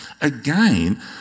again